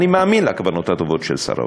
אני מאמין לכוונות הטובות של שר האוצר,